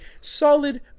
solid